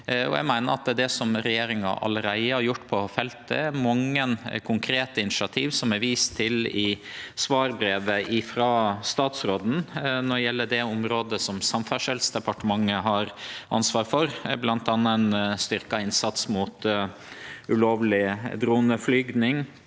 at det regjeringa allereie har gjort på feltet, er å ta mange konkrete initiativ, som er vist til i svarbrevet frå statsråden når det gjeld det området Samferdselsdepartementet har ansvar for, bl.a. ein styrkt innsats mot ulovleg droneflyging